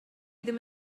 ddim